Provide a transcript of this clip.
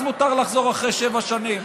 אז מותר לחזור אחרי שבע שנים.